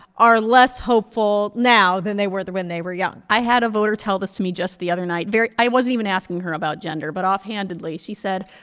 are less hopeful now than they were when they were young i had a voter tell this to me just the other night very i wasn't even asking her about gender. but offhandedly, she said,